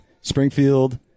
Springfield